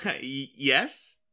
yes